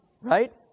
right